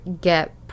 get